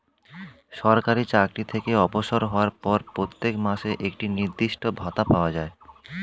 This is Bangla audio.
সরকারি চাকরি থেকে অবসর হওয়ার পর প্রত্যেক মাসে একটি নির্দিষ্ট ভাতা পাওয়া যায়